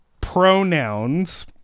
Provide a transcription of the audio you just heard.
pronouns